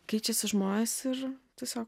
keičiasi žmonės ir tiesiog